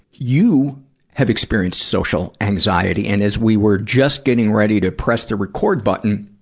you have experienced social anxiety, and as we were just getting ready to press the record button,